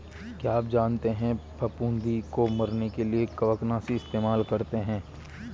क्या आप जानते है फफूंदी को मरने के लिए कवकनाशी इस्तेमाल करते है?